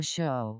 Show